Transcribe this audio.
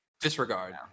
disregard